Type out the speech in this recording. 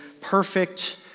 perfect